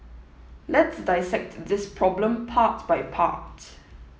let's dissect this problem part by part